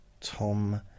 tom